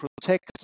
protect